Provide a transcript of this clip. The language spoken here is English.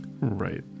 right